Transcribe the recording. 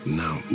now